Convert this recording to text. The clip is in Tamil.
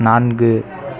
நான்கு